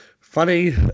funny